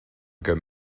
good